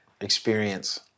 experience